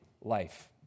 life